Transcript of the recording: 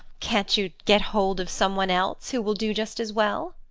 can't you get hold of some one else who will do just as well?